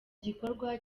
gikorwa